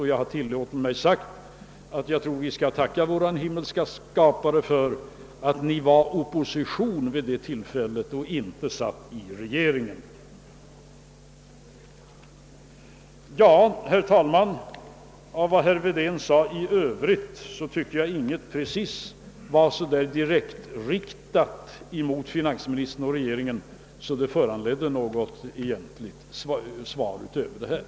Jag har tillåtit mig säga att vi borde tacka vår himmelske Skapare för att förslagställarna var i opposition vid det tillfället och inte satt i regeringen. Herr talman! Vad herr Wedén anförde i övrigt var inte så direkt riktat mot finansministern och regeringen att det bör föranleda något egentligt svar utöver detta.